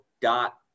dot